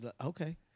Okay